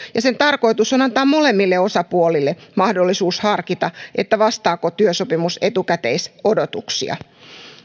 ja sen tarkoitus on antaa molemmille osapuolille mahdollisuus harkita vastaako työsopimus etukäteisodotuksia